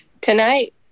Tonight